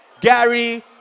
Gary